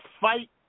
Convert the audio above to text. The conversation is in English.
fight